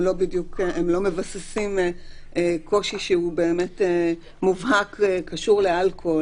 לא מבססים קושי שהוא באמת מובהק וקשור לאלכוהול.